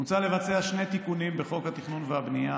מוצע לבצע שני תיקונים בחוק התכנון והבנייה,